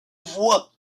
voix